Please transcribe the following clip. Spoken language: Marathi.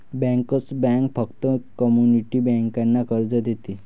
बँकर्स बँक फक्त कम्युनिटी बँकांना कर्ज देते